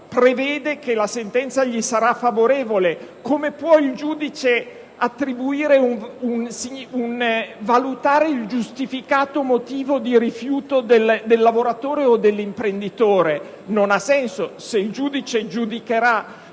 prevede che la sentenza gli sarà favorevole. Come può il giudice valutare il giustificato motivo di rifiuto del lavoratore o dell'imprenditore? Questo non ha alcun senso. Se il giudice giudicherà